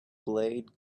blade